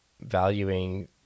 valuing